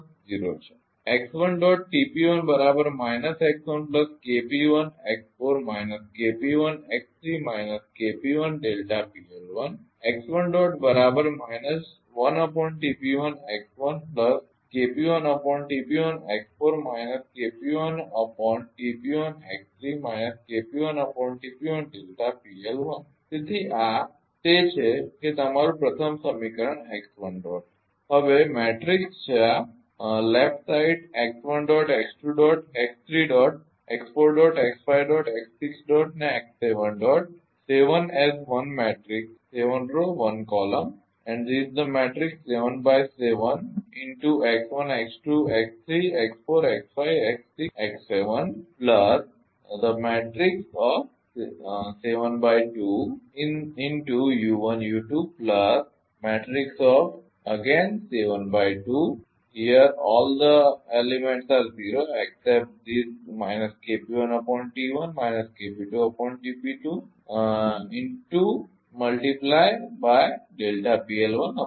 તેથી આ તે છે કે તમારું પ્રથમ સમીકરણ